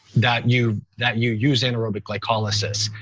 that you that you use anaerobic glycolysis.